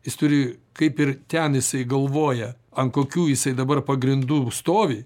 jis turi kaip ir ten jisai galvoja ant kokių jisai dabar pagrindų stovi